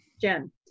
Jen